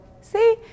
See